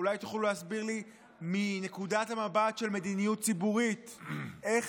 אולי תוכלו להסביר לי מנקודת המבט של מדיניות ציבורית איך